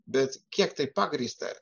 bet kiek tai pagrįsta